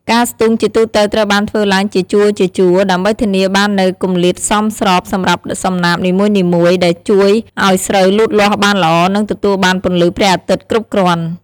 ការស្ទូងជាទូទៅត្រូវបានធ្វើឡើងជាជួរៗ ដើម្បីធានាបាននូវគម្លាតសមស្របសម្រាប់សំណាបនីមួយៗ ដែលជួយឱ្យស្រូវលូតលាស់បានល្អ និងទទួលបានពន្លឺព្រះអាទិត្យគ្រប់គ្រាន់។